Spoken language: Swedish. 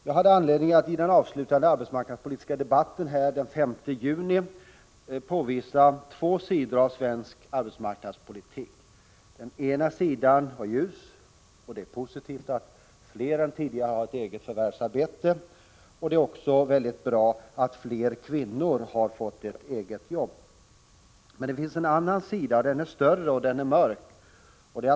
Jag hade anledning att i den avslutande arbetsmarknadspolitiska debatten den 5 juni påvisa två sidor av svensk arbetsmarknadspolitik. Den ena sidan var ljus — det är positivt att fler människor än tidigare har ett eget förvärvsarbete och det är också bra att fler kvinnor har fått jobb. Den andra sidan är större och den är mörk.